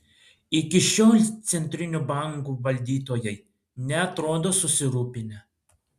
iki šiol centrinių bankų valdytojai neatrodo susirūpinę